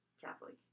Catholic